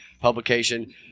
publication